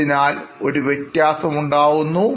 ആയതിനാൽ ഒരു വ്യത്യാസം ഉണ്ടാകുന്നു